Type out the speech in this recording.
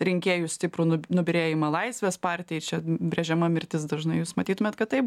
rinkėjų stiprų nubyrėjimą laisvės partijai čia brėžiama mirtis dažnai jūs matytumėt kad taip